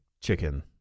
chicken